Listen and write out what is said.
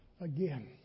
Again